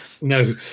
No